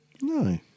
no